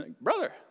Brother